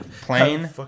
plane